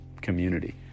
community